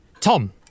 Tom